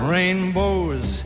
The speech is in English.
Rainbows